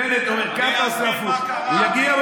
בנט אומר ככה, עושה הפוך.